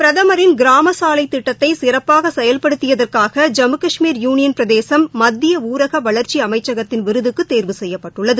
பிரதமரின் கிராம சாலை திட்டத்தை சிறப்பாக செயல்படுத்தியதற்காக ஜம்மு காஷ்மீர் யூளியள் பிரதேசம் மத்திய ஊரக வளர்ச்சி அமைச்சகத்தின் விருதுக்கு தேர்வு செய்யப்பட்டுள்ளது